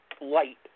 light